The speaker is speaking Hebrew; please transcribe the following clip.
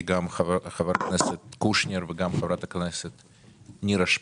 אלא גם של חברי הכנסת קושניר ונירה שפק.